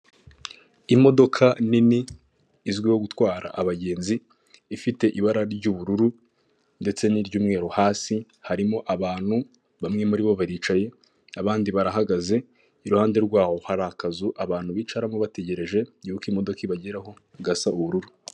Imodoka nini izwiho gutwara abagenzi, ifite ibara ry'ubururu ndetse n'iry'umweru hasi, harimo abantu bamwe muri bo baricaye, abandi barahagaze, iruhande rwaho hari akazu abantu bicaramo bategereje yuko imodoka ibageraho, gasa ubururu.